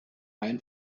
ein